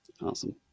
Awesome